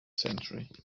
century